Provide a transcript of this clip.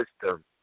system